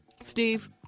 Steve